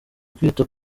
kwita